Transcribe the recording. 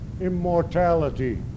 immortality